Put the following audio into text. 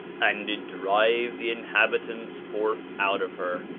and did drive the inhabitants forth out of her,